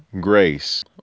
grace